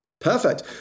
Perfect